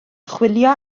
chwilio